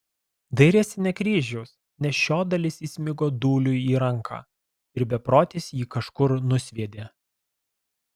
dairėsi ne kryžiaus nes šio dalis įsmigo dūliui į ranką ir beprotis jį kažkur nusviedė